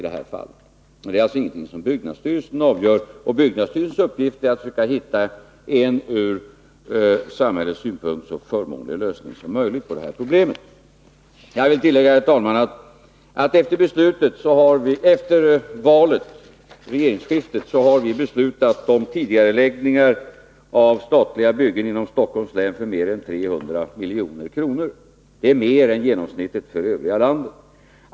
Det rör sig alltså inte om någonting som byggnadsstyrelsen avgör. Byggnadsstyrelsens uppgift är att försöka hitta en från samhällets synpunkt så förmånlig lösning som möjligt på problemet. Jag vill, herr talman, tillägga att vi efter regeringsskiftet har beslutat om tidigareläggningar av statliga byggen inom Stockholms län för mer än 300 milj.kr. Det är mer än genomsnittet för övriga landet.